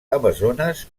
amazones